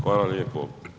Hvala lijepo.